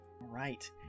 right